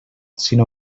sinó